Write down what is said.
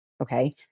okay